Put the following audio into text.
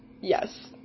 Yes